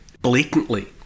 blatantly